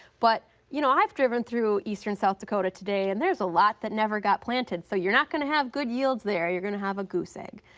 but you know i've driven through eastern south dakota today and there's a lot that never got planted. so you're not going to have good yields there, you're going to have a goose egg.